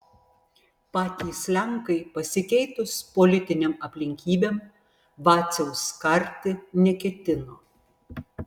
patys lenkai pasikeitus politinėm aplinkybėm vaciaus karti neketino